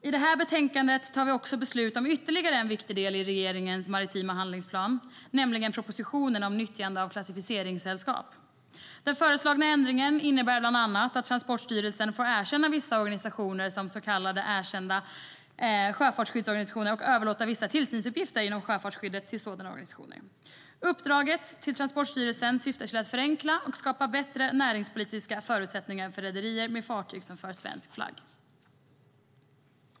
I det här betänkandet tar vi också upp ytterligare en viktig del i regeringens maritima handlingsplan, nämligen propositionen om nyttjande av klassificeringssällskap. Den föreslagna ändringen innebär bland annat att Transportstyrelsen får erkänna vissa organisationer som så kallade erkända sjöfartsskyddsorganisationer och överlåta vissa tillsynsuppgifter inom sjöfartsskyddet till sådana organisationer. Uppdraget till Transportstyrelsen syftar till att förenkla och skapa bättre näringspolitiska förutsättningar för rederier med fartyg som för svensk flagg.